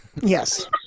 yes